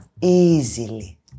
easily